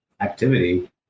Activity